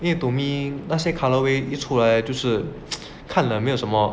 to me 那些 colourway 一出来就是看了没有什么